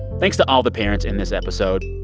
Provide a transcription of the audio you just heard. thanks to all the parents in this episode,